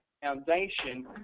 foundation